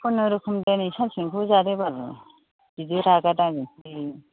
खुनुरुखुम दिनै सानसेनिखौ जादो बाल बिदि रागा दाजोंसै